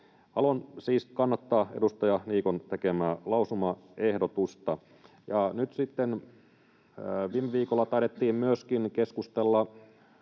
Haluan siis kannattaa edustaja Niikon tekemää lausumaehdotusta. Nyt sitten viime viikolla taidettiin myöskin keskustella